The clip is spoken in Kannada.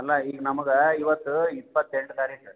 ಅಲ್ಲ ಈಗ ನಮಗೆ ಇವತ್ತು ಇಪ್ಪತ್ತೆಂಟು ತಾರೀಕು